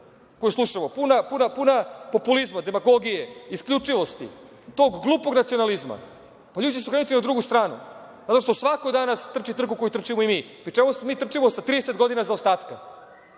koju slušamo, puna populizma, demagogije, isključivosti, tog glupog nacionalizma, ljudi će se okrenuti na drugu stranu. Ono što svako danas trči trku koju trčimo i mi, pri čemu mi trčimo sa 30 godina zaostatka